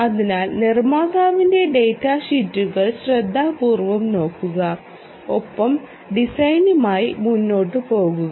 അതിനാൽ നിർമ്മാതാവിന്റെ ഡാറ്റ ഷീറ്റുകൾ ശ്രദ്ധാപൂർവ്വം നോക്കുക ഒപ്പം ഡിസൈനുമായി മുന്നോട്ട് പോകുക